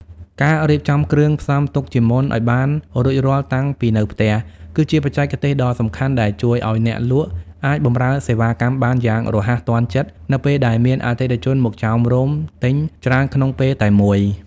ការរៀបចំគ្រឿងផ្សំទុកជាមុនឱ្យបានរួចរាល់តាំងពីនៅផ្ទះ គឺជាបច្ចេកទេសដ៏សំខាន់ដែលជួយឱ្យអ្នកលក់អាចបម្រើសេវាកម្មបានយ៉ាងរហ័សទាន់ចិត្តនៅពេលដែលមានអតិថិជនមកចោមរោមទិញច្រើនក្នុងពេលតែមួយ។